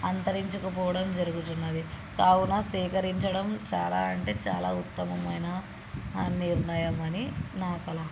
అంతరించకపోవడం జరుగుచున్నది కావున సేకరించడం చాలా అంటే చాలా ఉత్తమమైన నిర్ణయం అని నా సలహా